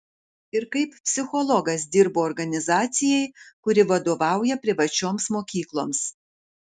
ir kaip psichologas dirbu organizacijai kuri vadovauja privačioms mokykloms